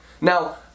Now